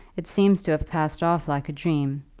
it seems to have passed off like a dream.